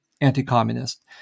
anti-communist